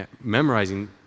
Memorizing